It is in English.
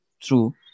True